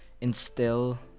instill